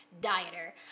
dieter